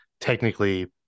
technically